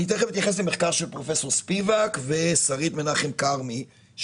אני תיכף אתייחס למחקר של פרופ' ספיבק ושרית מנחם כרמי.